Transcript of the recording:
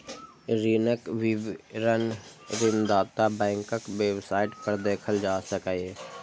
ऋणक विवरण ऋणदाता बैंकक वेबसाइट पर देखल जा सकैए